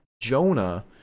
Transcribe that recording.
Jonah